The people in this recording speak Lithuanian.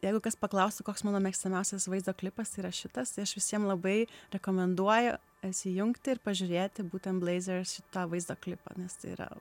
jeigu kas paklaustų koks mano mėgstamiausias vaizdo klipas yra šitas tai aš visiem labai rekomenduoju įsijungti ir pažiūrėti būtent blazers šitą vaizdo klipą nes tai yra